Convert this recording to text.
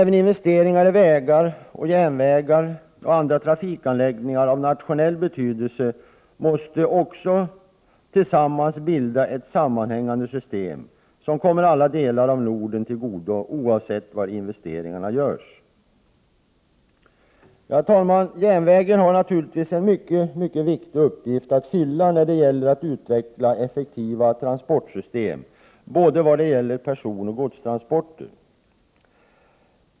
Även investeringar i vägar, järnvägar och andra trafikanläggningar av nationell betydelse måste tillsammans bilda ett sammanhängande system som kommer alla delar av Norden till godo, oavsett var investeringarna görs. Herr talman! Järnvägen har naturligtvis en mycket viktig uppgift att fylla när det gäller att utveckla effektiva transportsystem både för personoch för godstransporter.